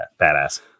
badass